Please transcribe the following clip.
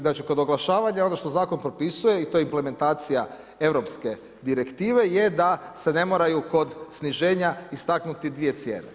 Znači kod oglašavanja, ono što zakon propisuje i to je implementacija europske direktive je da se ne moraju kod sniženja istaknuti dvije cijene.